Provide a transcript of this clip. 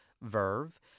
Verve